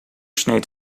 sneed